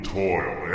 toil